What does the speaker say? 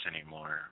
anymore